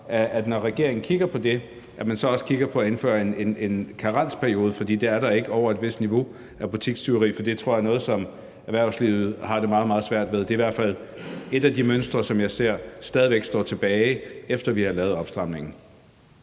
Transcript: om, når regeringen kigger på det, at man så også kigger på at indføre en karensperiode ved butikstyveri over et vist niveau, for det er der ikke. For det tror jeg er noget erhvervslivet har det meget, meget svært med. Det er i hvert fald et af de mønstre, som jeg ser stadig væk står tilbage, efter vi har lavet opstramningen.